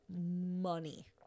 Money